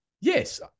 Yes